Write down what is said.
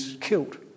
killed